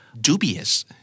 dubious